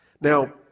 Now